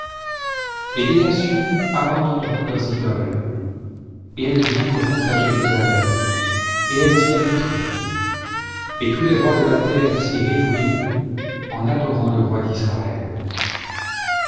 et les nations abandonneront leurs idoles et elles viendront à jérusalem et elles y habiteront et tous les rois de la terre s'y réjouiront en adorant le roi d'israël